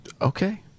Okay